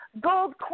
gold